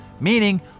meaning